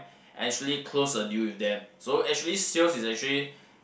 actually close a deal with them so actually sales is actually